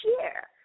share